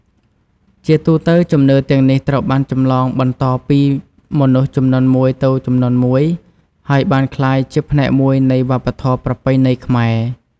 ជាទូទៅ ជំនឿទាំងនេះត្រូវបានចម្លងបន្តពីមនុស្សជំនាន់មួយទៅជំនាន់មួយ ហើយបានក្លាយជាផ្នែកមួយនៃវប្បធម៌ប្រពៃណីខ្មែរ។